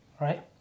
right